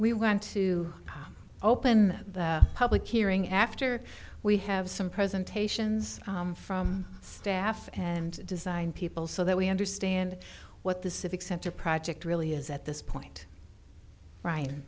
we want to open the public hearing after we have some presentations from staff and design people so that we understand what the civic center project really is at this point